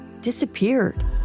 disappeared